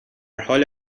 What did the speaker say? حال